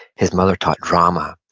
his mother taught drama,